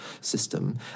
system